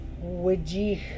Wajih